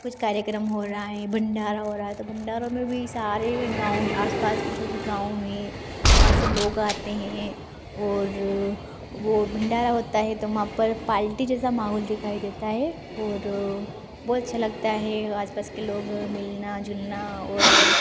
कुछ कार्यक्रम हो रहा है भण्डारा हो रहा है तो भण्डारों में भी सारे गाँव आसपास के जो भी गाँव हैं वहाँ से लोग आते हैं और वो भण्डारा होता है तो वहाँ पर पार्टी जैसा माहौल दिखाई देता है और बहुत अच्छा लगता है आस पास के लोग मिलना जुलना और